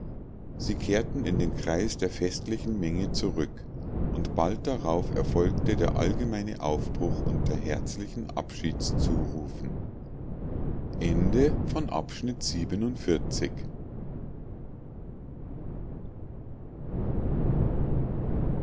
sie kehrten in den kreis der festlichen menge zurück und bald darauf erfolgte der allgemeine aufbruch unter herzlichen abschiedszurufen